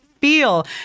feel